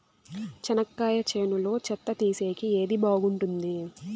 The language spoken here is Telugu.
చెనక్కాయ చేనులో చెత్త తీసేకి ఏది బాగుంటుంది?